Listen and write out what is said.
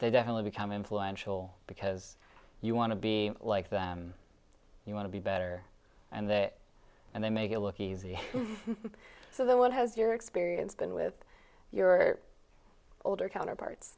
they definitely become influential because you want to be like them you want to be better and that and they make it look easy so then what has your experience been with your older counterparts